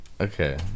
okay